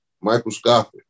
Microscopic